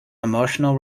emotional